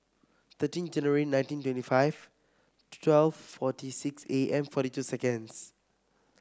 thirteen January nineteen twenty five twelve forty six A M forty two seconds